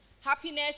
Happiness